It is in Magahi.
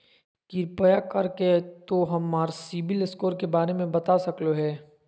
कृपया कर के तों हमर सिबिल स्कोर के बारे में बता सकलो हें?